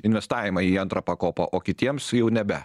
investavimą į antrą pakopą o kitiems jau nebe